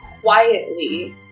quietly